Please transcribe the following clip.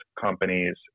companies